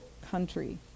country